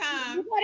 time